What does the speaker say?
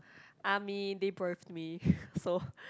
I mean they birth me so